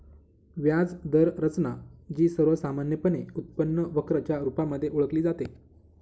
व्याज दर रचना, जी सर्वसामान्यपणे उत्पन्न वक्र च्या रुपामध्ये ओळखली जाते